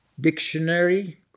Dictionary